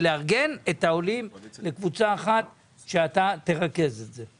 ולארגן את כולם לקבוצה אחת כשאתה תרכז את זה.